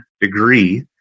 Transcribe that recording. degree